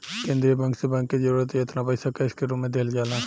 केंद्रीय बैंक से बैंक के जरूरत जेतना पईसा कैश के रूप में दिहल जाला